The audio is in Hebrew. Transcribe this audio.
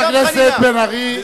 חבר הכנסת בן-ארי,